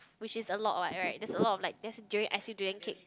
which is a lot what right there's a lot of like there's durian icy durian cake